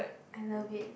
I love it